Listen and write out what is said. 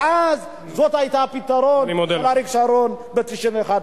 זה היה הפתרון של אריק שרון ב-1991.